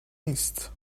نیست